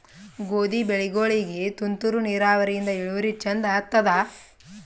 ಗೋಧಿ ಬೆಳಿಗೋಳಿಗಿ ತುಂತೂರು ನಿರಾವರಿಯಿಂದ ಇಳುವರಿ ಚಂದ ಆತ್ತಾದ?